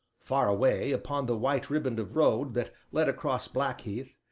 far away upon the white riband of road that led across blackheath,